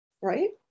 right